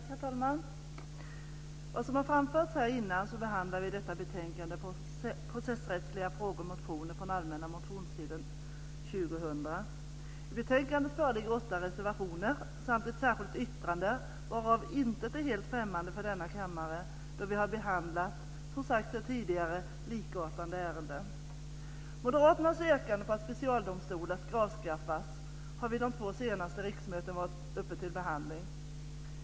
Herr talman! Så som framförts här innan behandlar vi i detta betänkande processrättsliga frågor och motioner från den allmänna motionstiden 2000. I betänkandet föreligger åtta reservationer samt ett särskilt yttrande, varav intet är helt främmande för denna kammare då vi som sagt tidigare har behandlat tidigare likartade ärenden. Moderaternas yrkande på att specialdomstolar ska avskaffas har vid de två senaste riksmötena varit uppe till behandling.